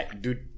Dude